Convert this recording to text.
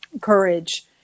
courage